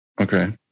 Okay